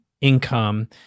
income